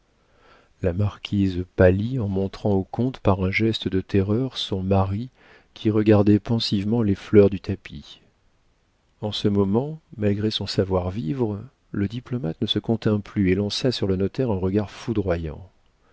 la marquise pâlit en montrant au comte par un geste de terreur son mari qui regardait pensivement les fleurs du tapis en ce moment malgré son savoir-vivre le diplomate ne se contint plus et lança sur le notaire un regard foudroyant